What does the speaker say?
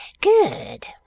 Good